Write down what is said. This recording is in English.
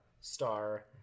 star